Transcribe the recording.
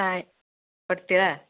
ಆಯ್ತು ಕೊಡ್ತೀರಾ